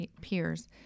peers